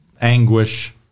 anguish